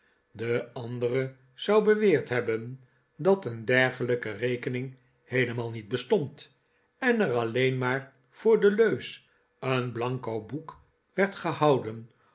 de andere zou beweerd hebben dat een dergelijke rekening heelemaal niet bestond en er alleen maar voor de leus een bianco boek werd gehouden